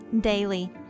daily